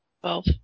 Twelve